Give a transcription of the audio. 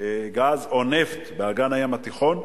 גז או נפט באגן הים התיכון,